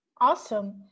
awesome